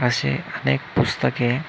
अशी अनेक पुस्तके